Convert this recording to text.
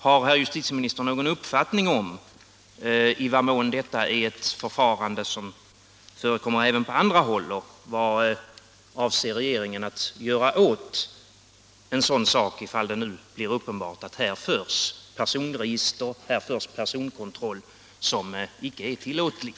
Har herr justitieministern någon uppfattning om i vad mån detta är ett förfarande som förekommer även på andra håll, och vad avser regeringen att göra åt en sådan sak, ifall det nu blir uppenbart att här förs personregister och görs personkontroll som icke är tillåten?